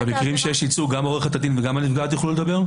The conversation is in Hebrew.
במקרים שיש ייצוג גם עורכת הדין וגם הנפגעת יוכלו לדבר?